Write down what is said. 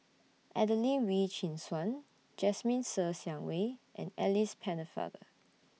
Adelene Wee Chin Suan Jasmine Ser Xiang Wei and Alice Pennefather